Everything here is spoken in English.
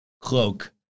cloak